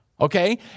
okay